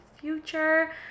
future